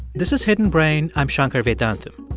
this is hidden brain. i'm shankar vedantam.